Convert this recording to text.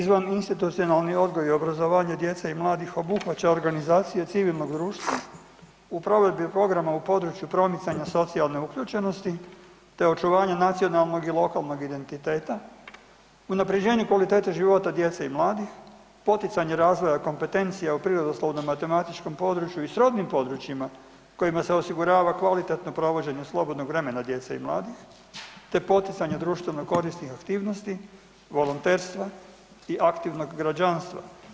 Izvaninstitucionalni odgoj i obrazovanje djece i mladih obuhvaća organizacije civilnog društva u provedbi programa u području promicanja socijalne uključenosti te očuvanju nacionalnog i lokalnog identiteta, unaprjeđenju kvalitete života djece i mladih, poticanje razvoja kompetencija u prirodoslovno-matematičkom području i srodnim područjima, kojima se osigurava kvalitetno provođenje slobodnog vremena djece i mladih, te poticanje društveno korisnih aktivnosti, volonterstva i aktivnog građanstva.